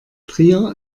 trier